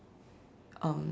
um